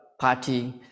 party